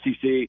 SEC